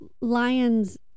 lions